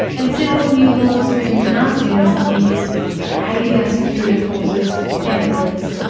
and several new laws have been passed in recent years to aid our security forces and police.